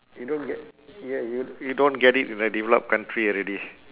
you don't get ya you you don't get it in a developed country already